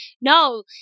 no